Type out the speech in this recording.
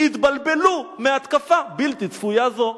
"התבלבלו מהתקפה בלתי צפויה זו."